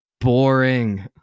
boring